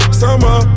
summer